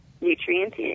nutrients